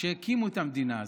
כשהקימו את המדינה הזאת,